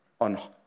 on